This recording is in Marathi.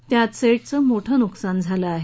त्यात सेटचं मोठं नुकसान झालं आहे